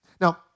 Now